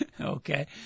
Okay